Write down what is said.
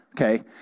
okay